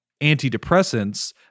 antidepressants